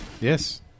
Yes